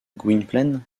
gwynplaine